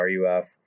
RUF